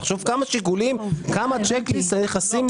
תחשוב כמה שיקולים, כמה צ'ק ליסט נכנסים.